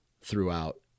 throughout